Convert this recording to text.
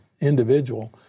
individual